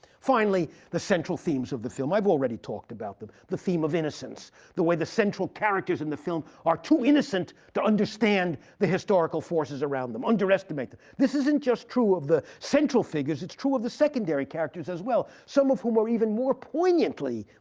finally, the central themes of the film. i've already talked about them. the theme of innocence the way the central characters in the film are too innocent to understand the historical forces around them, underestimate them. this isn't just true of the central figures. it's true of the secondary characters as well, some of whom even more poignantly